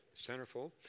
centerfold